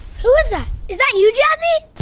who is that? is that you, jazzy?